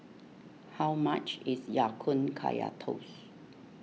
how much is Ya Kun Kaya Toast